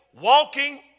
walking